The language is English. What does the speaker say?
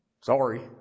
Sorry